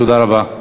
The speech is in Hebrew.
תודה רבה.